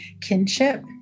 kinship